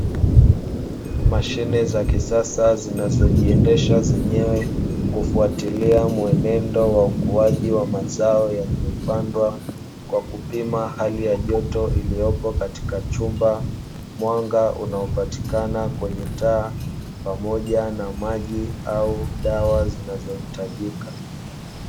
Mashine za kisasa zinazojiendesha zenyewe, kufuatilia mwenendo wa ukuaji wa mazao yaliyopandwa kwa kupima hali ya joto iliyopo katika chumba, mwanga unaopatikana kwenye taa pamoja maji au dawa zinzohitajika.